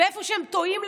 ובמקום שהם טועים,